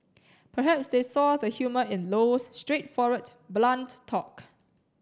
perhaps they saw the humour in Low's straightforward blunt talk